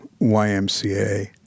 YMCA